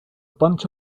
bunch